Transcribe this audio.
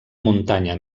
muntanya